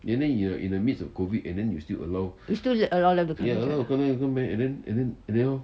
you still you still allow them to come in